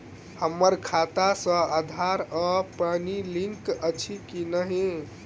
हम्मर खाता सऽ आधार आ पानि लिंक अछि की नहि?